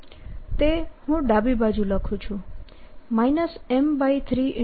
તે હું ડાબી બાજુ લખું છું M3 z